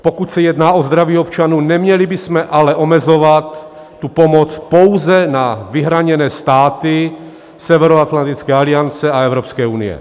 Pokud se jedná o zdraví občanů, neměli bychom ale omezovat pomoc pouze na vyhraněné státy Severoatlantické aliance a Evropské unie.